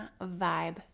Vibe